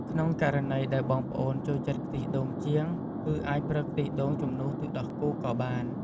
ក្នុងករណីដែលបងប្អូនចូលចិត្តខ្ទិះដូងជាង គឺអាចប្រើខ្ទិះដូងជំនួសទឹកដោះគោក៏បាន។